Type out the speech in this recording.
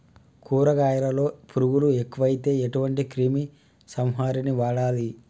కూరగాయలలో పురుగులు ఎక్కువైతే ఎటువంటి క్రిమి సంహారిణి వాడాలి?